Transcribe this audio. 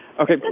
Okay